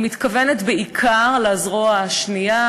אני מתכוונת בעיקר לזרוע השנייה,